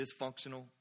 dysfunctional